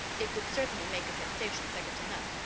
it would certainly make a sensation second to none,